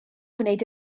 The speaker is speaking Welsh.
gwneud